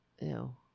ew